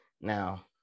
now